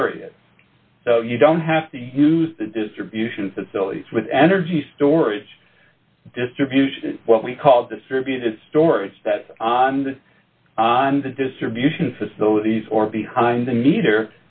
period you don't have to use the distribution facilities with energy storage distribution what we call distributed storage that on the on the distribution facilities or behind the meter